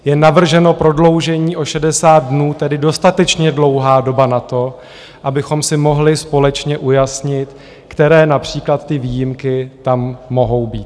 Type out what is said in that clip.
Je navrženo prodloužení o 60 dnů, tedy dostatečně dlouhá doba na to, abychom si mohli společně ujasnit, které například ty výjimky tam mohou být.